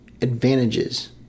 advantages